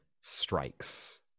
strikes